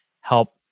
help